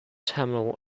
tamil